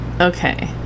Okay